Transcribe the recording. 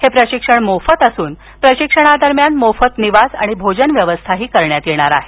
हे प्रशिक्षण मोफत असून प्रशिक्षणा दरम्यान मोफत निवास आणि भोजन व्यवस्था करण्यात येणार आहे